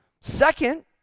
Second